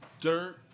dirt